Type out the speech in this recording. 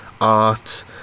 art